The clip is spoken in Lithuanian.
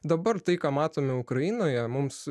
dabar tai ką matome ukrainoje mums